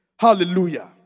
Hallelujah